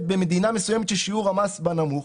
במדינה מסוימת ששיעור המס בה נמוך,